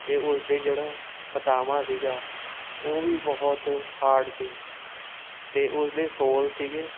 ਅਤੇ ਉਸਦੇ ਜਿਹੜਾ ਪਤਾਵਾਂ ਸੀਗਾ ਉਹ ਵੀ ਬਹੁਤ ਹਾਰਡ ਸੀ ਅਤੇ ਉਸਦੇ ਸੋਲ ਸੀਗੇ